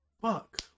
fuck